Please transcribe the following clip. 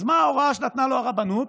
אז מה ההוראה שנתנה לו הרבנות?